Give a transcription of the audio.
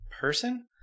person